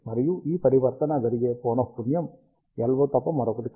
మరియు ఈ పరివర్తన జరిగే పౌనఃపున్యం LO తప్ప మరొకటి కాదు